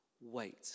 wait